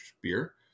beer